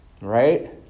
Right